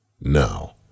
now